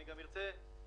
אני ארצה התייחסות